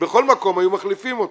בכל מקום היו מחליפים אותו,